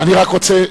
אני רק רוצה,